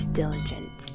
diligent